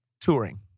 touring